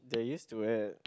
they're used to it